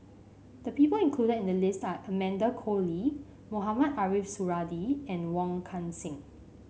the people included in the list are Amanda Koe Lee Mohamed Ariff Suradi and Wong Kan Seng